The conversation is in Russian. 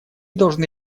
должны